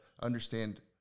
understand